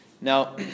Now